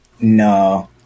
no